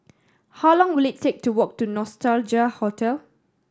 how long will it take to walk to Nostalgia Hotel